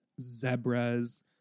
zebras